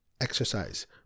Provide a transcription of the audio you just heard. Exercise